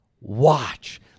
Watch